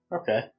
Okay